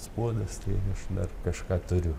spuogas tai aš kažką turiu